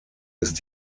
ist